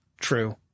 true